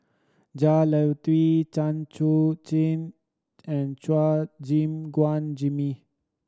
Jah Lelawati Chan Chun Jing and Chua Gim Guan Jimmy